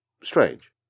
strange